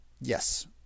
Yes